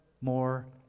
more